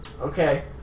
okay